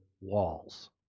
walls